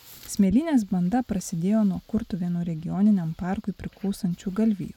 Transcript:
smėlynės banda prasidėjo nuo kurtuvėnų regioniniam parkui priklausančių galvijų